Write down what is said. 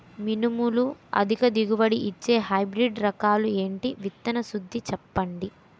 మినుములు అధిక దిగుబడి ఇచ్చే హైబ్రిడ్ రకాలు ఏంటి? విత్తన శుద్ధి చెప్పండి?